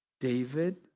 David